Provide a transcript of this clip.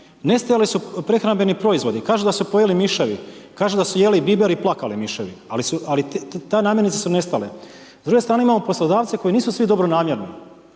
Nestajali su prehrambeni proizvodi, kažu da su pojeli miševi, kažu da su jeli biber i plakali miševi, ali te namirnice su nestale. S druge strane imamo poslodavce koji nisu svi dobronamjerni.